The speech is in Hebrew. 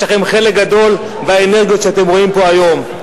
יש לכם חלק גדול באנרגיות שאתם רואים פה היום.